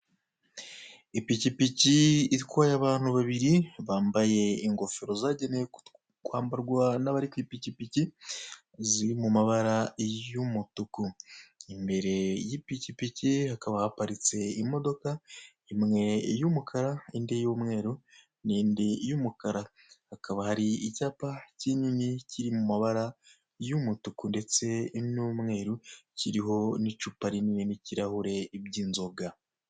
Ipikipiki itwaye abantu babiri, bambaye ingofero zagenewe kwambarwa n'abari kw'ipikipiki ,ziri mu mabara y'umutuku, imbere y'ipikipiki hakaba haparitse imodoka imwe y'umukara indi y'umweru nindi y'umukara. Hakaba hari icyapa kinini kiri mu mabara y'umutuku ndetse n'umweru kiriho n'icupa rinini n'ikirahure by'inzoga.